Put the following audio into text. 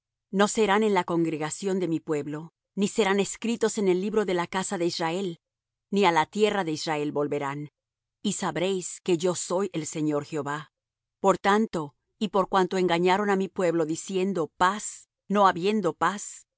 no serán en la congregación de mi pueblo ni serán escritos en el libro de la casa de israel ni á la tierra de israel volverán y sabréis que yo soy el señor jehová por tanto y por cuanto engañaron á mi pueblo diciendo paz no habiendo paz